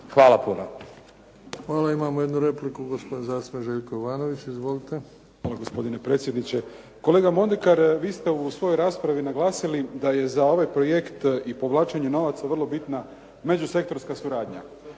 Luka (HDZ)** Hvala. Imamo jednu repliku, gospodin zastupnik Željko Jovanović. Izvolite. **Jovanović, Željko (SDP)** Hvala gospodine predsjedniče. Kolega Mondekar, vi ste u svojoj raspravi naglasili da je za ovaj projekt i povlačenje novaca vrlo bitna međusektorska suradnja.